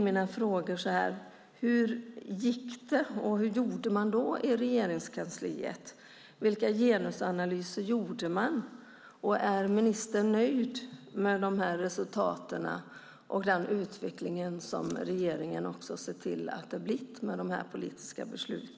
Hur har det gått och vad har man gjort i Regeringskansliet? Vilka genusanalyser har man gjort? Är ministern nöjd med dessa resultat och den utveckling som regeringen åstadkommit med dessa politiska beslut?